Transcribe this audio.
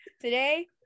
Today